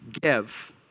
give